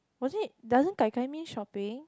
was it doesn't gai gai mean shopping